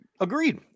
Agreed